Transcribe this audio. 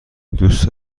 دوست